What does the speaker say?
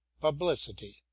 publicity